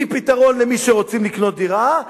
מפתרון למי שרוצים לקנות דירה,